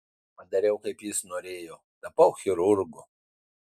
padariau kaip jis norėjo tapau chirurgu